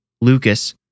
Lucas